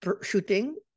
shooting